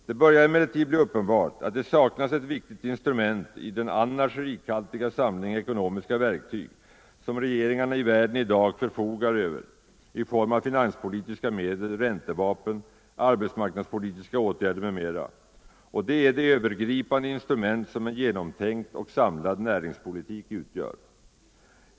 Det börjar emellertid bli uppenbart att det saknas ett viktigt instrument i den annars rikhaltiga samling ekonomiska verktyg som regeringarna i världen i dag förfogar över i form av finanspolitiska medel, räntevapen, arbetsmarknadspolitiska åtgärder m.m. Det är det övergripande instrument som en genomtänkt och samlad näringspolitik utgör.